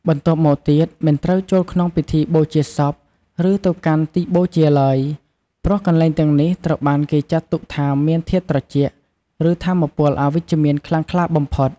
បន្ទាប់មកទៀត មិនត្រូវចូលក្នុងពិធីបូជាសព ឬទៅកាន់ទីបូជាឡើយ ព្រោះកន្លែងទាំងនេះត្រូវបានគេចាត់ទុកថាមានធាតុត្រជាក់ ឬថាមពលអវិជ្ជមានខ្លាំងក្លាបំផុត។